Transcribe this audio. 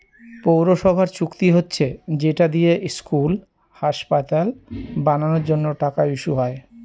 পৌরসভার চুক্তি হচ্ছে যেটা দিয়ে স্কুল, হাসপাতাল বানানোর জন্য টাকা ইস্যু হয়